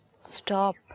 stop